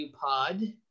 pod